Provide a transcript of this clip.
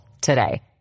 today